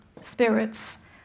spirits